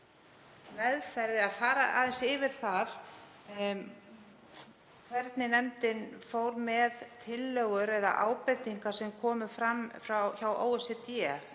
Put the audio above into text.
til að fara aðeins yfir það hvernig nefndin fór með tillögur eða ábendingar sem komu fram frá OECD